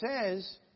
says